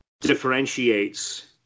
differentiates